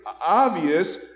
obvious